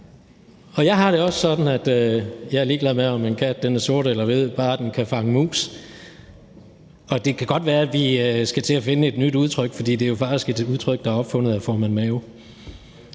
Jeg har det også sådan, at jeg er ligeglad med, om en kat er sort eller hvid, bare den kan fange mus. Men det kan godt være, at vi skal til at finde et nyt udtryk, for det er jo faktisk et udtryk, der er opfundet af formand Mao.